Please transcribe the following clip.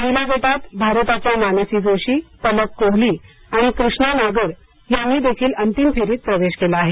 महिला गटात भारताच्या मानसी जोशी पलक कोहली आणि कृष्णा नागर यांनी देखील अंतिम फेरीत प्रवेश केला आहे